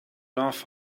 love